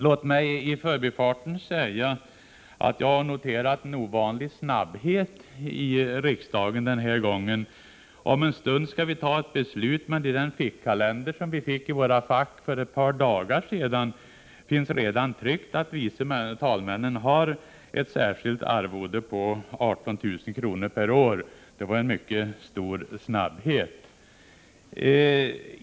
Låt mig i förbifarten säga att jag i detta ärende har noterat en ovanlig snabbhet i riksdagen. Om en stund skall vi fatta beslutet, men i den fickkalender som för ett par dagar sedan lades i våra fack är redan tryckt att vice talmännen har ett särskilt arvode på 18 000 kr. per år. Det var en mycket stor snabbhet!